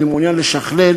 אני מעוניין לשכלל,